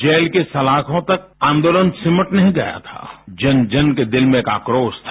jail की सलाखों तक आंदोलन सिमट नहीं गया था जन जन के दिल में एक आक्रोश था